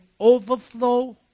overflow